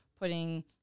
putting